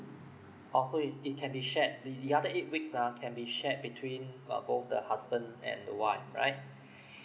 oh so it it can be shared the the other eight weeks ah can be shared between uh both the husband and the wife right